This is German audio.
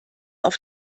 auf